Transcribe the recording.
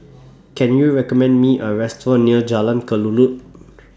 Can YOU recommend Me A Restaurant near Jalan Kelulut